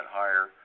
higher